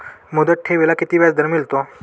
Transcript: मुदत ठेवीला किती व्याजदर मिळतो?